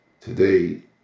Today